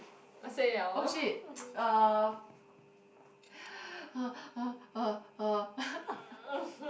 oh shit err err err err err